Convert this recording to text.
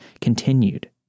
continued